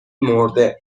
مرده